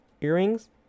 earrings